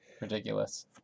Ridiculous